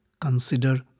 consider